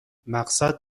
مقصد